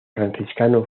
franciscano